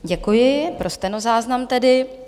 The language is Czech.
Děkuji, pro stenozáznam tedy.